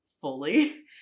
fully